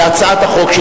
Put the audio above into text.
להצעות החוק של